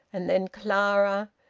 and then clara,